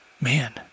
man